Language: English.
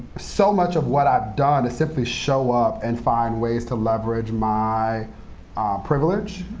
so much of what i've done is simply show up and find ways to leverage my privilege